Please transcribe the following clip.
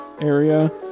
area